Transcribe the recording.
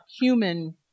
human